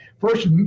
first